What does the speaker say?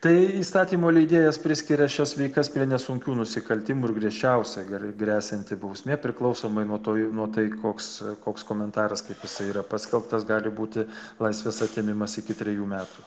tai įstatymų leidėjas priskiria šias veikas prie nesunkių nusikaltimų ir griežčiausia gerai gresianti bausmė priklausomai nuo to nu tai koks koks komentaras kaip jisai yra paskelbtas gali būti laisvės atėmimas iki trejų metų